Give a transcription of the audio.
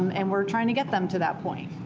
um and we're trying to get them to that point,